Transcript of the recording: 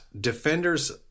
defenders